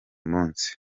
munsi